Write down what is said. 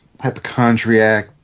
hypochondriac